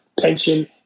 pension